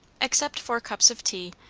except for cups of tea,